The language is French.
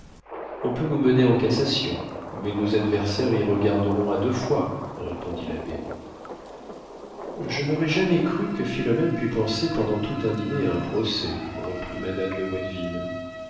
on peut nous mener en cassation mais nos adversaires y regarderont à deux fois répondit l'abbé je n'aurais jamais cru que philomène pût penser pendant tout un dîner à un procès reprit madame de